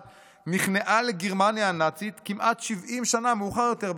נכנעה לגרמניה הנאצית כמעט 70 שנה מאוחר יותר,